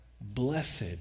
Blessed